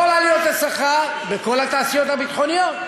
כל עליות השכר בכל התעשיות הביטחוניות,